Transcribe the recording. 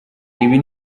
ibi